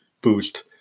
boost